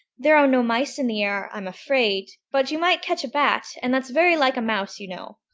there are no mice in the air, i'm afraid, but you might catch a bat, and that's very like a mouse, you know.